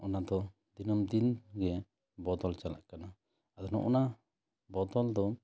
ᱚᱱᱟ ᱫᱚ ᱫᱤᱱᱚᱢ ᱫᱤᱱ ᱜᱮ ᱵᱚᱫᱚᱞ ᱪᱟᱞᱟᱜ ᱠᱟᱱᱟ ᱟᱫᱚᱱᱚᱜ ᱱᱟ ᱵᱚᱫᱚᱞ ᱫᱚ